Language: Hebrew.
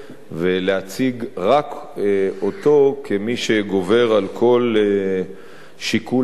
ולהציג רק אותו כמי שגובר על כל שיקול אחר.